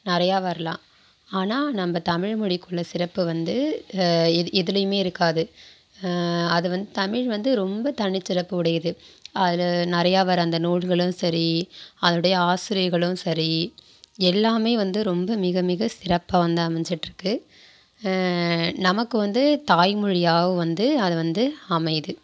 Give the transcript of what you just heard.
நிறையா வரலாம் ஆனால் நம்ம தமிழ்மொழிக்குள்ள சிறப்பு வந்து எதிலேயுமே இருக்காது அது வந்து தமிழ் வந்து ரொம்ப தனிச்சிறப்பு உடையது அதில் நறையா வர அந்த நூல்களும் சரி அதோடைய ஆசிரியர்களும் சரி எல்லாம் வந்து ரொம்ப மிக மிக சிறப்பாக வந்து அமைஞ்சிட்டு இருக்கு நமக்கு வந்து தாய்மொழியாகவும் வந்து அது வந்து அமையுது